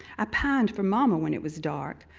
i pined for mama when it was dark.